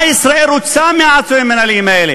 מה ישראל רוצה מהעצורים המינהליים האלה?